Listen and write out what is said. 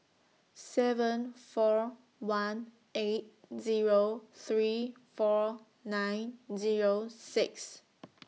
seven four one eight Zero three four nine Zero six